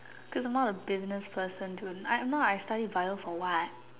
to the more of business person to I know I study Bio for what